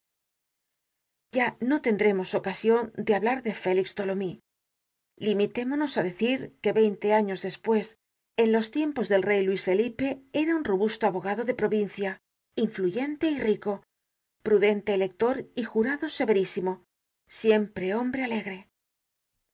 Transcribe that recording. ya no tendremos ocasion de hablar de félix tholomyes limitémonos á decir que veinte años despues en los tiempos del rey luis felipe era un robusto abogado de provincia influyente y rico prudente elector y jurado severísimo siempre hombre alegre